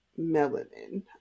Melanin